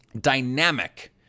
dynamic